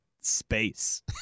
space